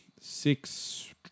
six